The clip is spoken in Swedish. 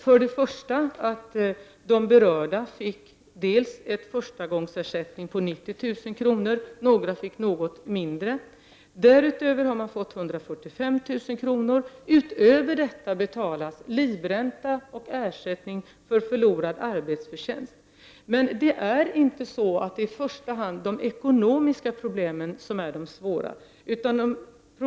Först och främst har de berörda fått en förstagångsersättning på 90 000 kr. Några fick något mindre. Därutöver har de fått 145 000 kr. Utöver detta betalas livränta och ersättning för förlorad arbetsförtjänst. Men i första hand är det inte de ekonomiska problemen som är de svåra.